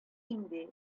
инде